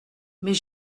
mais